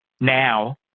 now